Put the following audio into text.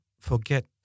forget